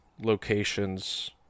locations